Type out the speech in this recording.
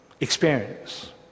experience